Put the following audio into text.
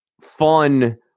fun